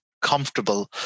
comfortable